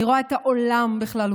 אני רואה את העולם בכללותו,